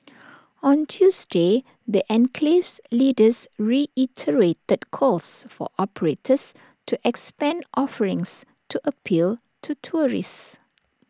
on Tuesday the enclave's leaders reiterated calls for operators to expand offerings to appeal to tourists